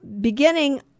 beginning